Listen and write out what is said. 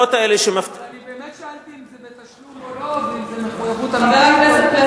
אני באמת שאלתי אם זה בתשלום או לא ואם זאת מחויבות אמיתית,